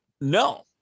no